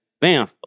Bam